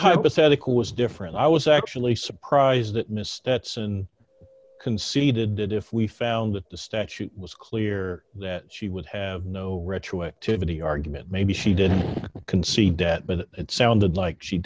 hypothetical was different i was actually surprised that missteps and conceded that if we found that the statute was clear that she would have no retroactivity argument maybe she did concede debt but it sounded like she